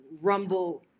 rumble